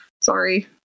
Sorry